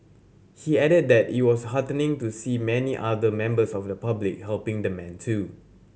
he added that it was heartening to see many other members of the public helping the man too